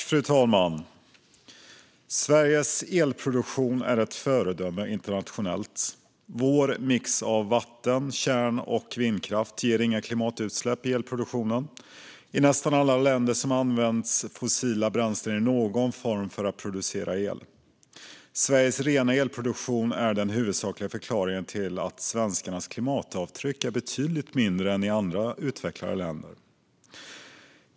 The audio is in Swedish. Fru talman! Sveriges elproduktion är ett föredöme internationellt. Vår mix av vattenkraft, kärnkraft och vindkraft ger inga klimatutsläpp i elproduktionen. I nästan alla länder används fossila bränslen i någon form för att producera el. Sveriges rena elproduktion är den huvudsakliga förklaringen till att svenskarnas klimatavtryck är betydligt mindre än i andra utvecklade länder.